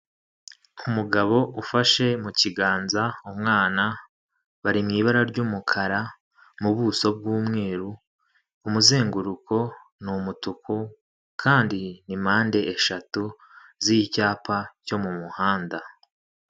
Umugabo ufashe mu kiganza umwana, bari mw’ibara ry'umukara, mu buso bw'umweru, umuzenguruko ni umutuku, kandi ni mpande eshatu z'icyapa cyo mu muhanda.